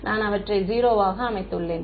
நான் அவற்றை 0 ஆக அமைத்துள்ளேன்